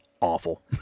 Awful